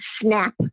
snap